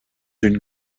une